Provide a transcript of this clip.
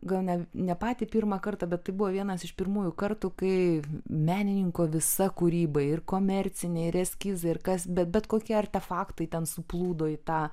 gal ne ne patį pirmą kartą bet tai buvo vienas iš pirmųjų kartų kai menininko visa kūryba ir komercinė ir eskizai ir kas bet bet kokie artefaktai ten suplūdo į tą